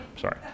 Sorry